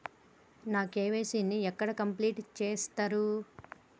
నా కే.వై.సీ ని ఎక్కడ కంప్లీట్ చేస్తరు?